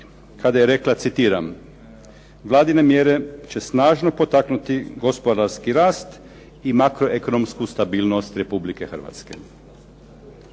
kada je rekla, citiram: "Vladine mjere će snažno potaknuti gospodarski rast i makroekonomsku stabilnost Republike Hrvatske."